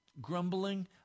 Grumbling